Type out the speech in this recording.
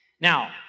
Now